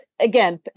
again